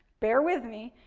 bear with me,